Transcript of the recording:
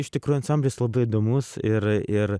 iš tikrų ansamblis labai įdomus ir ir